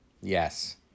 Yes